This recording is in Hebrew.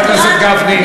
אני מבקשת מהסדרן.